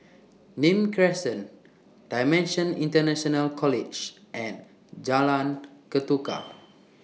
Nim Crescent DImensions International College and Jalan Ketuka